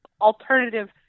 alternative